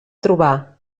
trobar